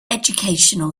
educational